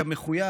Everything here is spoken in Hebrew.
כמחויב,